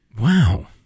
Wow